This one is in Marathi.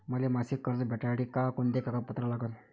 मले मासिक कर्ज भेटासाठी का कुंते कागदपत्र लागन?